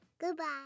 Goodbye